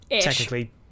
technically